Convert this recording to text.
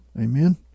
Amen